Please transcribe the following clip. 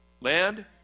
land